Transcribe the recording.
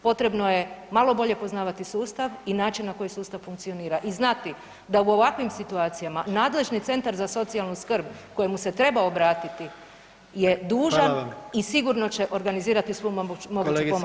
Potrebno je malo bolje poznavati sustav i način na koji sustav funkcionira i znati da u ovakvim situacijama nadležni centar za socijalnu skrb kojemu se treba obratiti je dužan i sigurno će organizirati svu moguću pomoć i skrb.